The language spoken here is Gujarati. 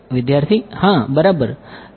વિદ્યાર્થી હા બરાબર